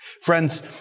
Friends